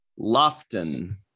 Lofton